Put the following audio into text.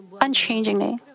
unchangingly